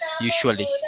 usually